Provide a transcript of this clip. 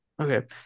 Okay